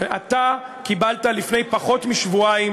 אתה קיבלת לפני פחות משבועיים